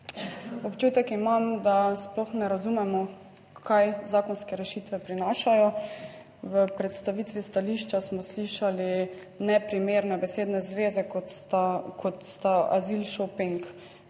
Občutek imam, da sploh ne razumemo kaj zakonske rešitve prinašajo. V predstavitvi stališča smo slišali neprimerne besedne zveze, kot sta kot sta azil shoping,